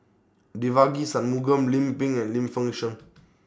Devagi Sanmugam Lim Pin and Lim Fei Shen